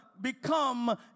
become